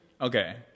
Okay